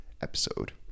episode